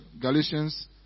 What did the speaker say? Galatians